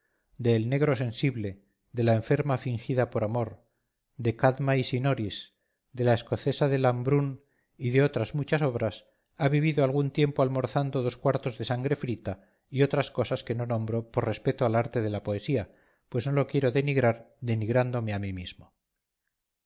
el negro sensible de la enferma fingida por amor de cadma y sinoris de la escocesa de lambrun y de otras muchas obras ha vivido algún tiempo almorzando dos cuartos de sangre frita y otras cosas que no nombro por respeto al arte de la poesía pues no lo quiero denigrar denigrándome a mí mismo